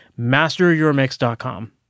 MasterYourMix.com